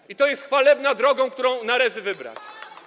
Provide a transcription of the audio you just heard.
I to jest chwalebna droga, którą należy wybrać.